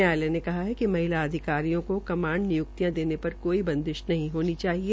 न्यायालय ने कहा है कि महिला अधिकारियों को कमाण्ड निय्क्तियां देने पर कोई बंदिश नहीं होनी चाहिए